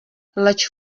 leč